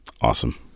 Awesome